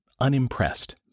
unimpressed